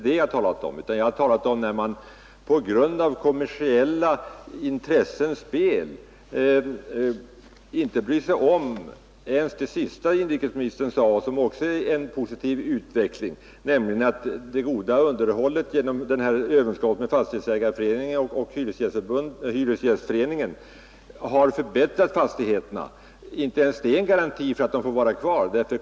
Jag har talat om sådana fall då enbart kommersiella intressen spelar in. Inte ens den överenskommelse som träffats mellan Fastighetsägareförbundet och Hyresgästernas riksförbund, som inrikesministern nämnde och som kan bidra till en positiv utveckling i fråga om fastigheternas förbättring, är en garanti för att fastigheter får vara kvar.